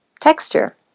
texture